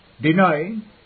denying